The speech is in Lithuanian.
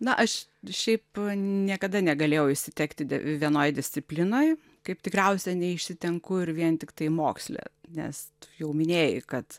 na aš ir šiaip niekada negalėjau įsitekti vienoj disciplinoj kaip tikriausia neišsitenku ir vien tiktai moksle nes jau minėjai kad